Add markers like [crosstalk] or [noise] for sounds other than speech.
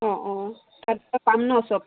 অঁ অঁ তাত [unintelligible] পাম ন চব